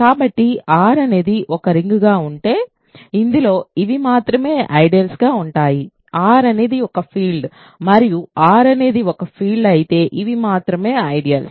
కాబట్టి R అనేది ఒక రింగ్గా ఉంటే ఇందులో ఇవి మాత్రమే ఐడియల్స్ గా ఉంటాయి R అనేది ఒక ఫీల్డ్ మరియు R అనేది ఒక ఫీల్డ్ అయితే ఇవి మాత్రమే ఐడియల్స్